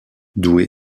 doué